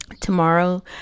Tomorrow